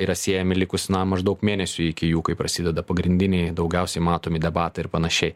yra siejami likus na maždaug mėnesiui iki jų kai prasideda pagrindiniai daugiausiai matomi debatai ir panašiai